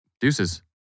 Deuces